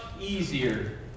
easier